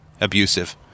abusive